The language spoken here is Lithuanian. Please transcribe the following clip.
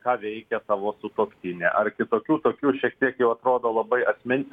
ką veikia tavo sutuoktinė ar kitokių tokių šiek tiek jau atrodo labai asmeninių